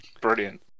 Brilliant